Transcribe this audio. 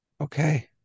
Okay